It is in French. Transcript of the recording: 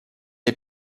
est